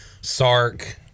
Sark